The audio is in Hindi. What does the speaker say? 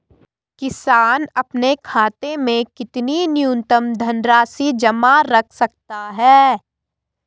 किसान अपने खाते में कितनी न्यूनतम धनराशि जमा रख सकते हैं?